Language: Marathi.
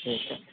ठीक आहे